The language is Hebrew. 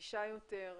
נגישה יותר,